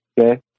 okay